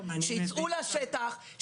שייצאו לשטח,